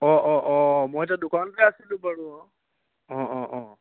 অঁ অঁ অঁ মই এতিয়া দোকানতে আছিলোঁ বাৰু অঁ অঁ অঁ অঁ